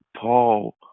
Paul